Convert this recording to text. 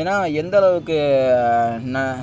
ஏன்னால் எந்தளவுக்கு